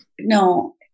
No